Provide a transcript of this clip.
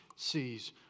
sees